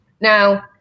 Now